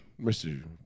Mr